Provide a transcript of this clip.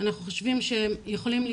הרבה יותר